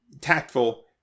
tactful